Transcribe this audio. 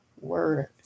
word